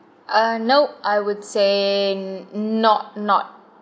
uh nope I would say not not